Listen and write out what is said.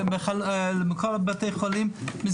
כל בית חולים הפסיד כסף.